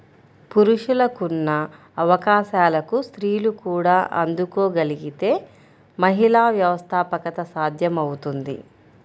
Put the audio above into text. పురుషులకున్న అవకాశాలకు స్త్రీలు కూడా అందుకోగలగితే మహిళా వ్యవస్థాపకత సాధ్యమవుతుంది